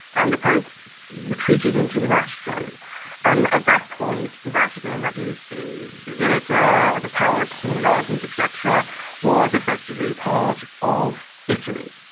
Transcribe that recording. and the pope retreated into the vatican and at that point the vatican and that is, the basilica, the palace and the gardens et cetera was effectively part of italy.